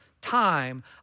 time